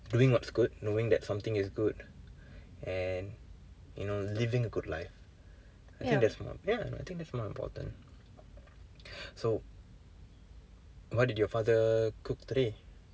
doing what's good knowing that something is good and you know living a good life I think that's more ya I think that's more important so what did your father cook today